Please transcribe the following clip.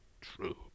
true